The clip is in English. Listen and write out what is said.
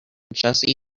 jesse